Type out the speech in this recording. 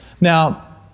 Now